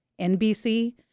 NBC